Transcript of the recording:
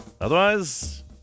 Otherwise